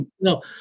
No